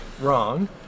Wrong